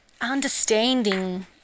understanding